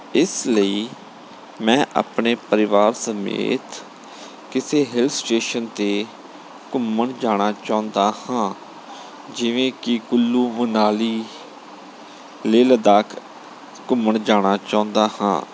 ਇਸ ਲਈ ਮੈਂ ਆਪਣੇ ਪਰਿਵਾਰ ਸਮੇਤ ਕਿਸੇ ਹਿੱਲ ਸਟੇਸ਼ਨ 'ਤੇ ਘੁੰਮਣ ਜਾਣਾ ਚਾਹੁੰਦਾ ਹਾਂ ਜਿਵੇਂ ਕਿ ਕੁੱਲੂ ਮਨਾਲੀ ਲੇਹ ਲੱਦਾਖ ਘੁੰਮਣ ਜਾਣਾ ਚਾਹੁੰਦਾ ਹਾਂ